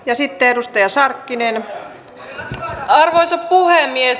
ja sitten edustaja sarkkinen on arvoisa puhemies